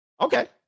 Okay